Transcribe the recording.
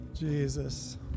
Jesus